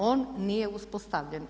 On nije uspostavljen.